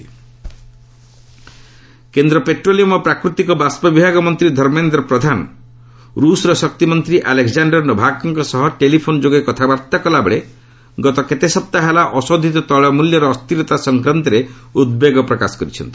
ପ୍ରଧାନ crude oil କେନ୍ଦ୍ର petroleum ଓ ପ୍ରାକୃତିକ ବାଷ୍ପ ବିଭାଗ ମନ୍ତ୍ରୀ ଧର୍ମେନ୍ଦ୍ର ପ୍ରଧାନ ରୁଷ୍ର ଶକ୍ତିମନ୍ତ୍ରୀ ଆଲେକ୍ଜାଣାର ନୋଭାକ୍ଙ୍କ ସହ ଟେଲିଫୋନ୍ ଯୋଗେ କଥାବାର୍ତ୍ତା କଲାବେଳେ ଗତ କେତେ ସପ୍ଟାହ ହେଲା ଅଶୋଧ୍ନତ ତେିଳ ମୂଲ୍ୟର ଅସ୍ଥିରତା ସଂକ୍ରାନ୍ତରେ ଉଦ୍ବେଗ ପ୍ରକାଶ କରିଛନ୍ତି